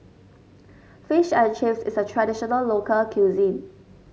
Fish and Chips is a traditional local cuisine